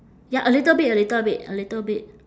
ya a little bit a little bit a little bit